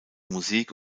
musik